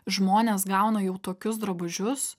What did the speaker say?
žmonės gauna jau tokius drabužius